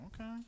Okay